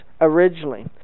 originally